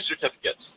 certificates